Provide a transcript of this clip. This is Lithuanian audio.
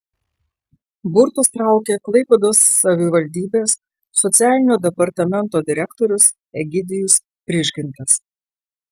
burtus traukė klaipėdos savivaldybės socialinio departamento direktorius egidijus prižgintas